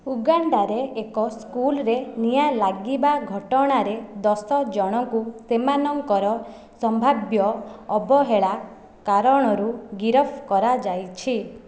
ଉଗାଣ୍ଡାରେ ଏକ ସ୍କୁଲରେ ନିଆଁ ଲାଗିବା ଘଟଣାରେ ଦଶ ଜଣଙ୍କୁ ସେମାନଙ୍କର ସମ୍ଭାବ୍ୟ ଅବହେଳା କାରଣରୁ ଗିରଫ କରାଯାଇଛି